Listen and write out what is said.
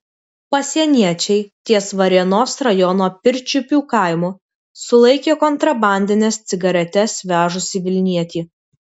pasieniečiai ties varėnos rajono pirčiupių kaimu sulaikė kontrabandines cigaretes vežusį vilnietį